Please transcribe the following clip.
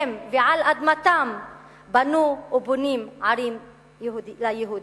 ושעל אדמתם בנו ובונים ערים ליהודים?